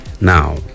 now